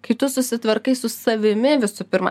kai tu susitvarkai su savimi visų pirma